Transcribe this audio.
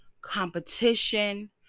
competition